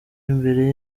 imbere